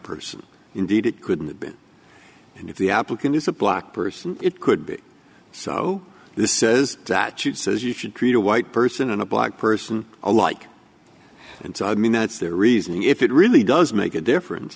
person indeed it couldn't be and if the applicant is a black person it could be so this says that she says you should treat a white person and a black person alike and so i mean that's the reason if it really does make a difference